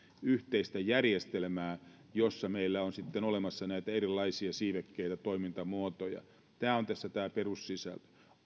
yhteistä järjestelmää jossa meillä on olemassa näitä erilaisia siivekkeitä toimintamuotoja tämä on tässä tämä perussisältö